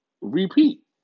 repeat